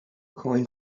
coin